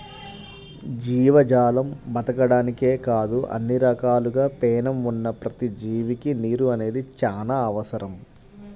జీవజాలం బతకడానికే కాదు అన్ని రకాలుగా పేణం ఉన్న ప్రతి జీవికి నీరు అనేది చానా అవసరం